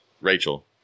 Rachel